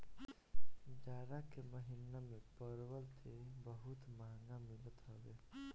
जाड़ा के महिना में परवल तअ बहुते महंग मिलत हवे